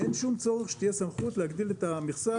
אין שום צורך שתהיה סמכות להגדיל את המכסה